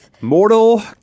Mortal